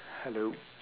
hello